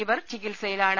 ഇവർ ചികിത്സയിലാണ്